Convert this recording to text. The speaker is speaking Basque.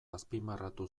azpimarratu